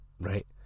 right